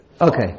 Okay